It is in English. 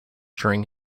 during